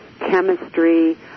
Chemistry